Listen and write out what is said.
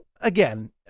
again